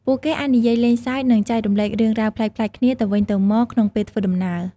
ពួកគេអាចនិយាយលេងសើចនឹងចែករំលែករឿងរ៉ាវប្លែកៗគ្នាទៅវិញទៅមកក្នុងពេលធ្វើដំណើរ។